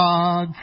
God